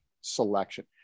selection